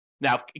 Now